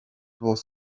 was